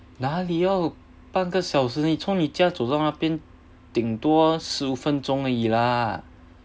哪里要半个小时你从你家走到那边顶多十五分钟而已啦